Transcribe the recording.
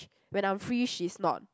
when I'm free she's not